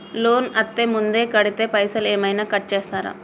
Loan అత్తే ముందే కడితే పైసలు ఏమైనా కట్ చేస్తరా?